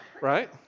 right